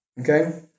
Okay